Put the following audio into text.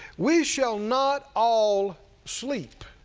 we shall not all sleep,